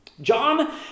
John